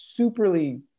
superly